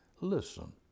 Listen